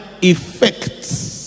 effects